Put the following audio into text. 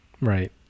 Right